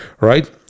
right